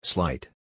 Slight